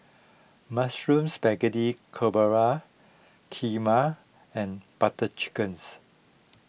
Mushroom Spaghetti Carbonara Kheema and Butter Chickens